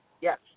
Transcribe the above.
Yes